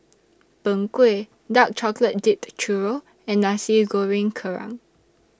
Png Kueh Dark Chocolate Dipped Churro and Nasi Goreng Kerang